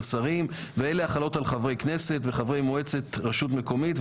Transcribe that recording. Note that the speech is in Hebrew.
שרים ואלה החלות על חברי כנסת וחברי מועצת רשות מקומית,